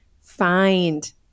find